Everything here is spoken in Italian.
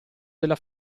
della